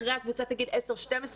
אחריה קבוצת הגיל 10 12,